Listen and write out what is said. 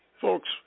Folks